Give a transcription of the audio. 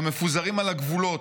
המפוזרים על הגבולות,